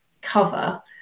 cover